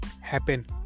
happen